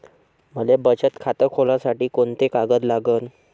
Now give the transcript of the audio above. मले बचत खातं खोलासाठी कोंते कागद लागन?